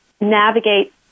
navigate